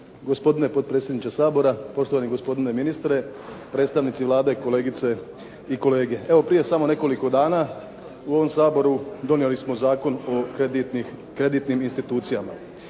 gospodine potpredsjedniče Sabora, poštovani gospodine ministre, predstavnici Vlade, kolegice i kolege. Evo prije samo nekoliko dana u ovom Saboru donijeli smo Zakon o kreditnim institucijama.